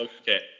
Okay